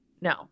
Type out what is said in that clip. no